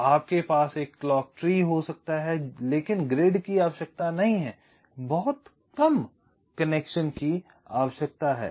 तो आपके पास एक क्लॉक ट्री हो सकता है लेकिन ग्रिड की आवश्यकता नहीं है बहुत कम कनेक्शन की आवश्यकता है